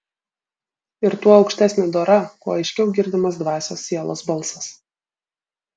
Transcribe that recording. ir tuo aukštesnė dora kuo aiškiau girdimas dvasios sielos balsas